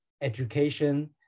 education